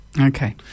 Okay